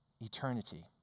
eternity